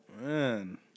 Man